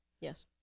Yes